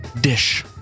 dish